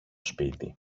σπίτι